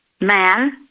Man